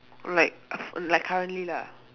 like like currently lah